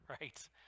right